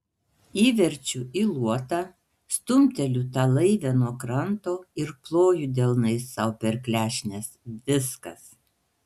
įverčiu į luotą stumteliu tą laivę nuo kranto ir ploju delnais sau per klešnes viskas